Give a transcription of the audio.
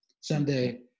someday